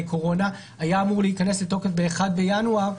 קורונה היה אמור להיכנס לתוקף ב-1 בינואר,